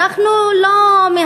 אנחנו לא,